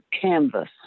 canvas